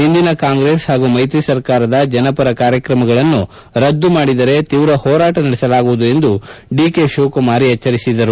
ಹಿಂದಿನ ಕಾಂಗ್ರೆಸ್ ಹಾಗೂ ಮೈತ್ರಿ ಸರ್ಕಾರದ ಜನಪರ ಕಾರ್ಯಕ್ರಮಗಳನ್ನು ರದ್ಗುಮಾಡಿದರೆ ತೀವ್ರ ಹೋರಾಟ ನಡೆಸಲಾಗುವುದು ಎಂದು ಡಿಕೆ ಶಿವಕುಮಾರ್ ಹೇಳಿದರು